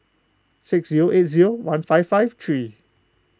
six zero eight zero one five five three